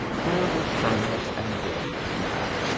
where were firmness and dignity now?